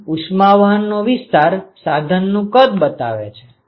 આમ ઉષ્મા વહનનું વિસ્તાર સાધનનું કદ બતાવે છે